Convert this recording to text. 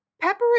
Pepper